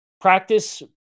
Practice